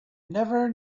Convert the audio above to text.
never